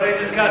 חבר הכנסת כץ,